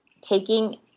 taking